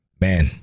man